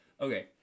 Okay